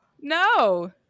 No